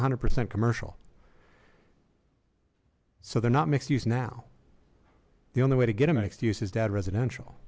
e hundred percent commercial so they're not mixed use now the only way to get them an excuse is dad residential